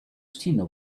christina